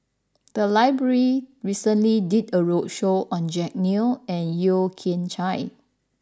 the library recently did a roadshow on Jack Neo and Yeo Kian Chai